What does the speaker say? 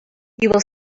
will